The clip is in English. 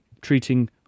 treating